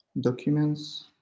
documents